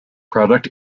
product